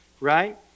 right